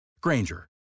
Granger